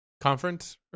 conference